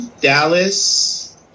Dallas